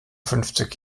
fünfzig